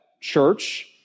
church